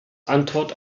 antwort